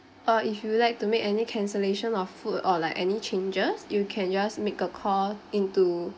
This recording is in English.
uh if you'd like to make any cancellation of food or like any changes you can just make a call into